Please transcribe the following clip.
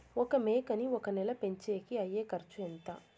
ఒక మేకని ఒక నెల పెంచేకి అయ్యే ఖర్చు ఎంత?